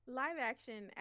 live-action